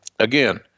Again